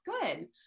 good